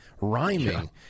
rhyming